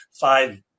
five